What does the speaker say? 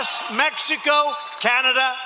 U.S.-Mexico-Canada